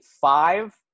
five